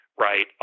Right